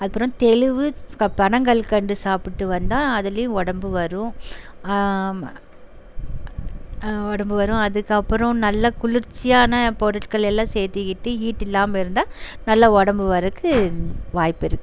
அதுக்கப்புறம் தெளுவு க பனங்கற்கண்டு சாப்பிட்டு வந்தால் அதிலையும் உடம்பு வரும் ம உடம்பு வரும் அதுக்கப்புறம் நல்ல குளிர்ச்சியான பொருட்கள் எல்லாம் சேர்த்திக்கிட்டு ஹீட் இல்லாமல் இருந்தால் நல்லா உடம்பு வரதுக்கு வாய்ப்பு இருக்குது